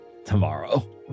tomorrow